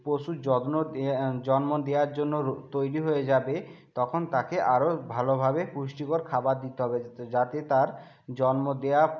পশুর যত্ন জন্ম দেওয়ার জন্য তৈরি হয়ে যাবে তখন তাকে আরও ভালোভাবে পুষ্টিকর খাবার দিতে হবে যাতে তার জন্ম দেয়া